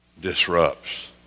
disrupts